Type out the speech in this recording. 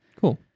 Cool